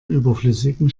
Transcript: überflüssigen